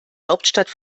hauptstadt